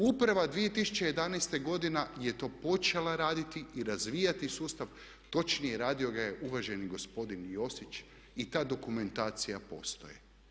Uprava 2011. godina je to počela raditi i razvijati sustav, točnije radio ga je uvaženi gospodin Josić i ta dokumentacija postoji.